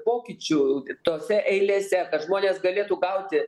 pokyčių tose eilėse kad žmonės galėtų gauti